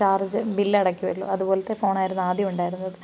charge bill അടക്കുമല്ലോ അതുപോലെത്തെ ഫോണായിരുന്നു ആദ്യം ഉണ്ടായിരുന്നത്